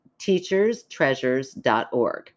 teacherstreasures.org